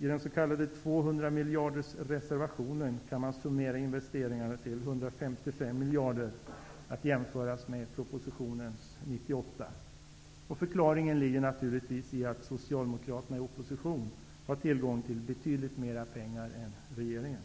I den s.k. 200-miljardersreservationen kan man summera investeringarna till 155 miljarder, att jämföras med propositionens 98 miljarder. Förklaringen ligger naturligtvis i att Socialdemokraterna i opposition har tillgång till betydligt mer pengar än regeringen.